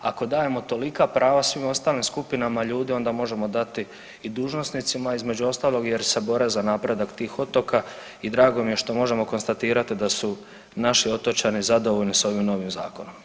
Ako dajemo tolika prava svim ostalim skupinama ljudi onda možemo dati i dužnosnicima između ostalog jer se bore za napredak tih otoka i drago mi je što možemo konstatirati da su naši otočani zadovoljni s ovim novim zakonom.